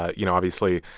ah you know, obviously,